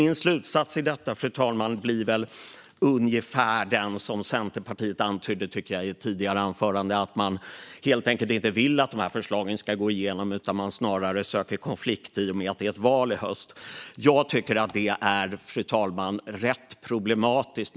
Min slutsats blir ungefär densamma som Centerpartiet antydde i ett tidigare anförande: Man vill inte att förslagen ska gå igenom utan söker konflikt i och med att det är val i höst. Jag tycker att det är problematiskt.